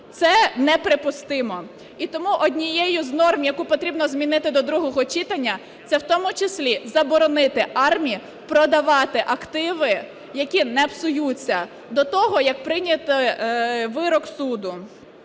Це неприпустимо. І тому однією з норм, яку потрібно змінити до другого читання, це в тому числі заборонити АРМА продавати активи, які не псуються, до того, як прийнято вирок суду.